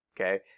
okay